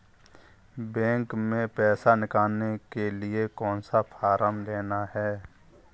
Bank में पैसा निकालने के लिए कौन सा फॉर्म लेना है?